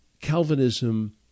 Calvinism